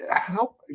help